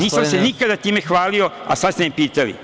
Nisam se nikada time hvalio, a sada ste me pitali.